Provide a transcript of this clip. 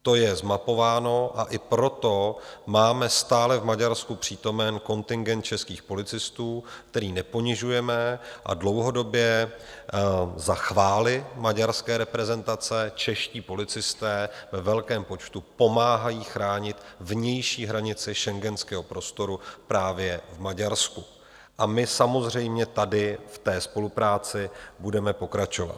To je zmapováno, a i proto máme stále v Maďarsku přítomen kontingent českých policistů, který neponižujeme, a dlouhodobě za chvály maďarské reprezentace, čeští policisté ve velkém počtu pomáhají chránit vnější hranice schengenského prostoru právě v Maďarsku a my samozřejmě tady v té spolupráci budeme pokračovat.